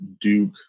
Duke